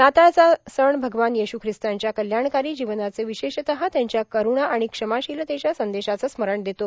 नाताळचा सण भगवान येशू श्रिस्तांच्या कल्याणकारां जीवनाचे विशेषतः त्यांच्या करुणा आर्गण क्षमाशीलतेच्या संदेशाचे स्मरण देतो